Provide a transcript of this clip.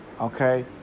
okay